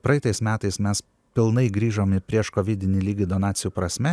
praeitais metais mes pilnai grįžome į prieškovidinį lygį donacijų prasme